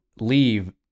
leave